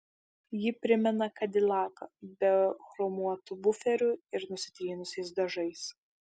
ji primena kadilaką be chromuotų buferių ir nusitrynusiais dažais